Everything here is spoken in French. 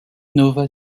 nova